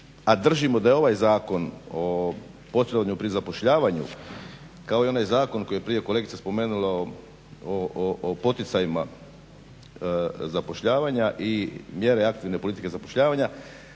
a držimo da je ovaj zakon o posredovanju pri zapošljavanju kao i onaj zakon koji je prije kolegica spomenula o poticajima i zapošljavanja i mjere aktivne politike zapošljavanja